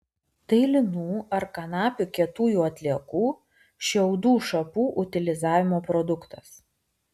tai linų ar kanapių kietųjų atliekų šiaudų šapų utilizavimo produktas